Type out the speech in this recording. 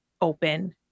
open